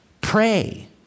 pray